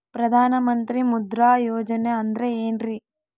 ಪ್ರಧಾನ ಮಂತ್ರಿ ಮುದ್ರಾ ಯೋಜನೆ ಅಂದ್ರೆ ಏನ್ರಿ?